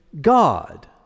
God